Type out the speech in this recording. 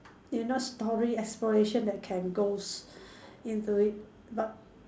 you know story aspiration that can goes into it but